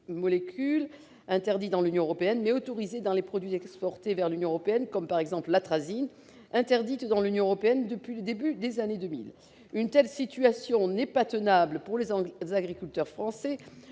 -interdits dans l'Union européenne mais autorisés dans les produits exportés vers l'Union européenne, comme l'Atrazine, interdite dans l'Union depuis le début des années 2000. Une telle situation n'est pas tenable pour les agriculteurs français,